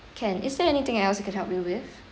can is there anything else I could help you with